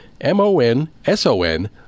M-O-N-S-O-N